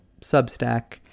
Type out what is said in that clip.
Substack